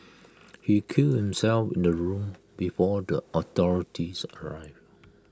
he killed himself in the room before the authorities arrived